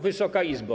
Wysoka Izbo!